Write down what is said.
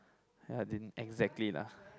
ya I didn't exactly lah